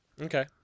Okay